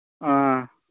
ꯑꯥ